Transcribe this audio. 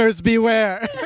beware